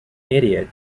idiot